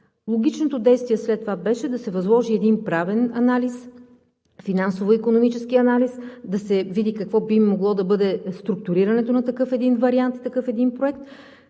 Логичното действие след това беше да се възложи един правен анализ, финансово-икономически анализ, да се види какво би могло да бъде структурирането на такъв един вариант, такъв един проект.